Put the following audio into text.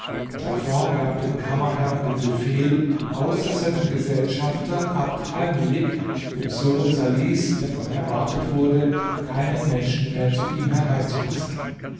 djafar gab dem kammerherrn den befehl außer seinem gesellschafter abd almelik dem sohn salihs der noch erwartet wurde keinen menschen mehr zu ihm hereinzulassen